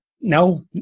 no